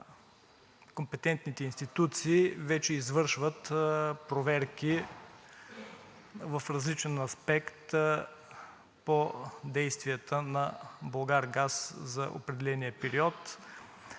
компетентните институции вече извършват проверки в различен аспект по действията на „Булгаргаз“ за определения период.